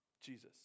Jesus